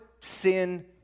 sin